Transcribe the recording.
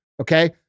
okay